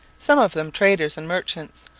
some of them traders and merchants,